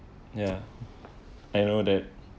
ya I know that